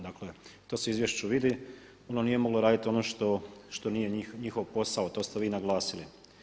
Dakle to se u izvješću vidi, ono nije moglo raditi ono što nije njihov posao, to ste vi naglasili.